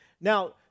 Now